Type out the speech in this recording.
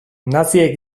naziek